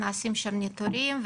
נעשים שם ניטורים,